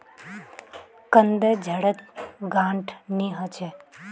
कंद जड़त गांठ नी ह छ